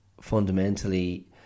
fundamentally